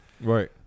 right